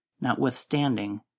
notwithstanding